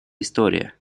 история